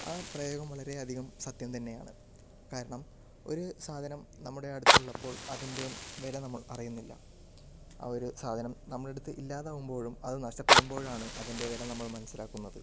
ആ പ്രയോഗം വളരേയധികം സത്യം തന്നെയാണ് കാരണം ഒരു സാധനം നമ്മുടെ അടുത്തുള്ളപ്പോൾ അതിൻ്റെ വില നമ്മൾ അറിയുന്നില്ല ആ ഒരു സാധനം നമ്മുടെ അടുത്ത് ഇല്ലാതാവുമ്പോഴും അത് നഷ്ടപ്പെടുമ്പോഴാണ് അതിൻ്റെ വില നമ്മൾ മനസ്സിലാക്കുന്നത്